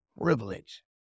privilege